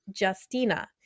Justina